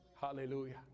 Hallelujah